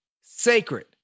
sacred